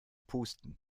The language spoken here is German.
pusten